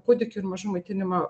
kūdikių maitinimą